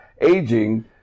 aging